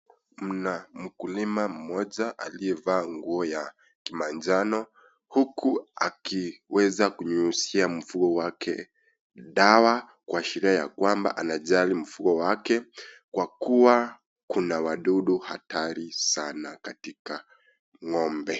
Mna mkulima mmoja aliyevaa nguo ya kimanjano huku akiweza kunyunyizia mfuo wake dawa kuashiria ya kwamba anajali mfuo wake kwa kuwa kuna wadudu hatari sana katika ng'ombe